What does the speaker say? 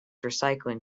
recycling